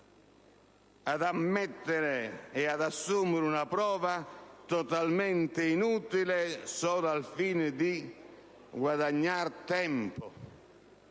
ad ammettere e ad assumere una prova del tutto inutile solo al fine di guadagnare tempo